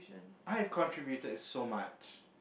I have contributed so much